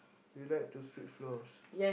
you like to sweep floors